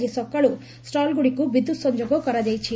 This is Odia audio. ଆଜି ସକାଳୁ ଷ୍ ଲ୍ଗୁଡ଼ିକୁ ବିଦ୍ୟୁତ୍ ସଂଯୋଗ କରାଯାଇଛି